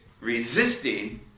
resisting